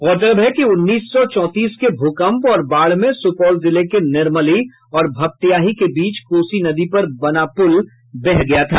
गौरतलब है कि उन्नीस सौ चौंतीस के भूकंप और बाढ़ में सुपौल जिले के निर्मली और भपटयाही के बीच कोसी नदी पर बना पुल बह गया था